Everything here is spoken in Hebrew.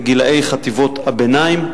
התשע"א 2010,